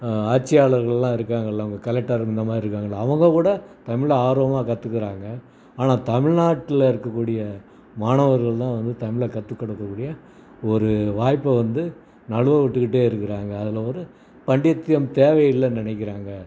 ஆட்சியாளர்களெலாம் இருக்காங்கல்ல அவங்க கலெக்டர் இந்தமாதிரி இருக்காங்கல்ல அவங்க கூட தமிழை ஆர்வமாக கற்றுக்கறாங்க ஆனால் தமிழ்நாட்ல இருக்கக்கூடிய மாணவர்கள்தான் வந்து தமிழை கற்றுக்கொடுக்கக்கூடிய ஒரு வாய்ப்பை வந்து நழுவவிட்டுக்கிட்டே இருக்கிறாங்க அதில் ஒரு பண்டித்தியம் தேவை இல்லைன்னு நினைக்கிறாங்க